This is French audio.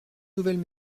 nouvelle